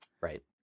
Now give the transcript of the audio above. Right